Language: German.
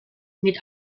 mit